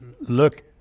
look